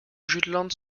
jutland